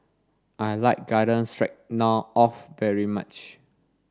I like Garden Stroganoff very much